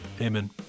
Amen